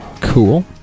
cool